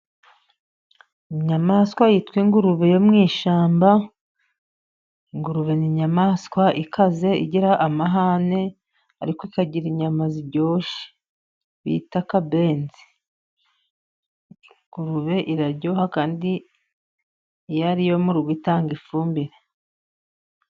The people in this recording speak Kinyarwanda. Inyamaswa yitwa ingurube yo mu ishyamba . Ingurube ni inyamaswa ikaze igira amahane ariko ikagira inyama ziryoshye bita akabenzi. Ingurube iraryoha kandi iyo ariyo mu rugo itanga ifumbire.